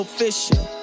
fishing